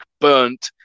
burnt